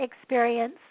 experience